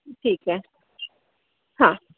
ठीक आहे हा